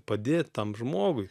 padėt tam žmogui